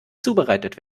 zubereitet